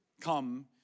come